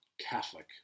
Catholic